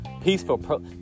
peaceful